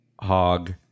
hog